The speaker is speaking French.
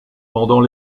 pendant